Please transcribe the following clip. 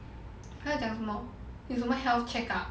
他讲什么又有什么 health checkup